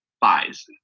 buys